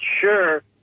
Sure